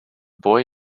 boy